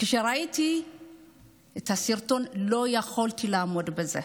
כשראיתי את הסרטון לא יכולתי לעמוד בזה.